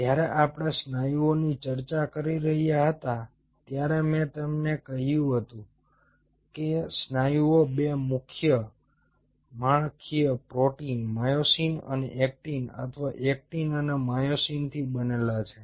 જ્યારે આપણે સ્નાયુઓની ચર્ચા કરી રહ્યા હતા ત્યારે મેં તમને કહ્યું કે સ્નાયુઓ 2 મુખ્ય માળખાકીય પ્રોટીન માયોસિન અને એક્ટિન અથવા એક્ટિન અને માયોસિનથી બનેલા છે